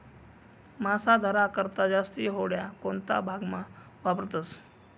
मासा धरा करता जास्ती होड्या कोणता भागमा वापरतस